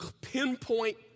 pinpoint